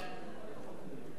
כבוד היושב-ראש,